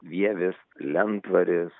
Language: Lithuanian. vievis lentvaris